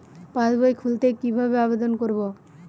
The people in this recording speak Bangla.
পাসবই খুলতে কি ভাবে আবেদন করব?